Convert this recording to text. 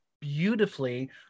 beautifully